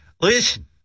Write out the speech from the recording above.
listen